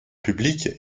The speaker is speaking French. publique